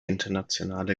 internationale